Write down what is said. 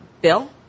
bill